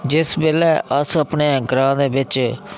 जिस बेल्लै अस अपने ग्रांऽ दे बिच्च